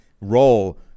role